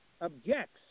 objects